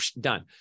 done